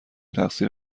تقصیر